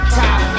top